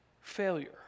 failure